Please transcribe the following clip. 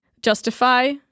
justify